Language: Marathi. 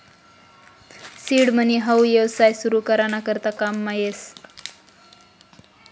सीड मनी हाऊ येवसाय सुरु करा ना करता काममा येस